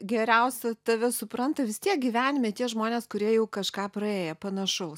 geriausia tave supranta vis tiek gyvenime tie žmonės kurie jau kažką praėję panašaus